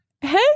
hey